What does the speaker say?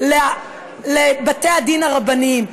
לבתי-הדין הרבניים,